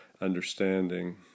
understanding